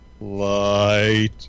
light